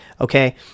Okay